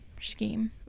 scheme